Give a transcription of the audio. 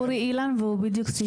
אורי אילן והוא בדיוק סיים את תפקידו.